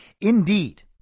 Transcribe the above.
Indeed